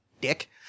Dick